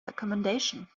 accommodation